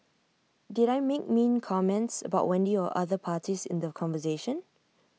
did I make mean comments about Wendy or other parties in the conversation